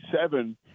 seven